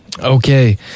Okay